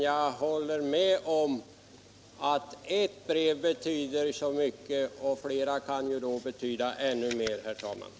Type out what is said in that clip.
Jag håller med om att ”ett brev betyder så mycket”, men flera kan ju då betyda ännu mer, herr talman!